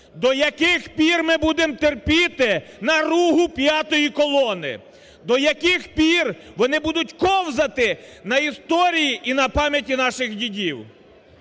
До яких пір ми будемо терпіти наругу "п'ятої колони"?! До яких пір вони будуть ковзати на історії і на пам'яті наших дідів?!